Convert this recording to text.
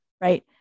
right